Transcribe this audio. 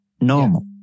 normal